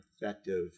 effective